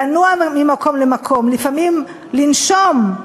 לנוע ממקום למקום, לפעמים לנשום.